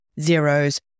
zeros